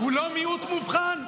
מאוד מסוכן, מאוד מסוכן.